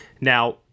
Now